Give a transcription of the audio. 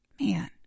man